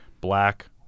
black